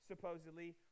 supposedly